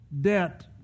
Debt